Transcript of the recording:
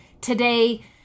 today